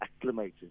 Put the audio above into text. acclimated